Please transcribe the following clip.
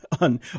on